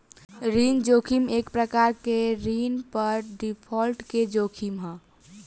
ऋण जोखिम एक प्रकार के ऋण पर डिफॉल्ट के जोखिम ह